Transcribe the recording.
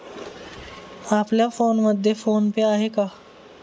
आपल्या फोनमध्ये PhonePe आहे का?